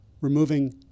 removing